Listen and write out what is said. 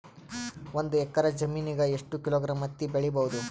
ಒಂದ್ ಎಕ್ಕರ ಜಮೀನಗ ಎಷ್ಟು ಕಿಲೋಗ್ರಾಂ ಹತ್ತಿ ಬೆಳಿ ಬಹುದು?